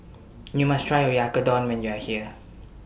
YOU must Try Oyakodon when YOU Are here